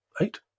eight